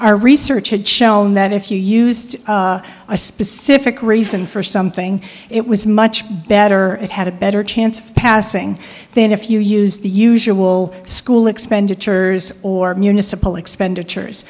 our research had shown that if you used a specific reason for something it was much better it had a better chance of passing than if you use the usual school expenditures or municipal expenditures